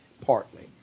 partly